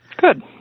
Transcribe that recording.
Good